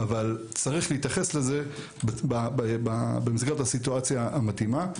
אבל צריך להתייחס לזה ביחס לסיטואציה המתאימה.